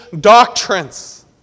doctrines